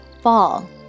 fall